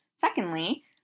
Secondly